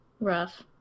Rough